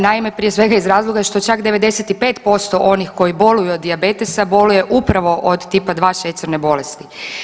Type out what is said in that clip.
Naime, prije svega iz razloga što čak 95% onih koji boluju od dijabetesa boluje upravo od Tipa 2 šećerne bolesti.